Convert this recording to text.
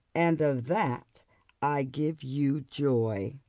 and of that i give you joy.